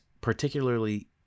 particularly